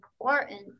important